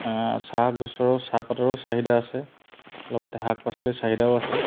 চাহগছৰো চাহপাতৰো চাহিদা আছে লগতে শাক পাচলিৰ চাহিদাও আছে